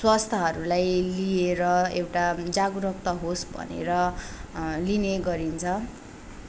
स्वास्थ्यहरूलाई लिएर एउटा जागरुकता होस् भनेर लिने गरिन्छ